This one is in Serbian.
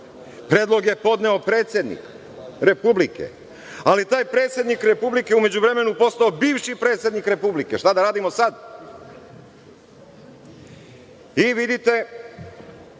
Predlog je podneo predsednik Republike, ali taj predsednik Republike u međuvremenu je postao bivši predsednik Republike. Šta da radimo sada? Vidite,